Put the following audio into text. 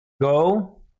go